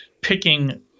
picking